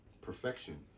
perfection